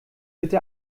bitte